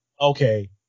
okay